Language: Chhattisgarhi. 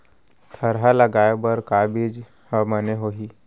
थरहा लगाए बर का बीज हा बने होही?